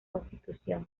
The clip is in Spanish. constitución